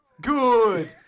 Good